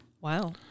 Wow